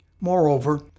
Moreover